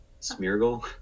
Smeargle